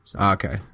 okay